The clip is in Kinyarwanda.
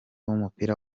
w’umupira